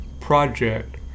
project